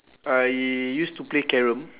I used to play carrom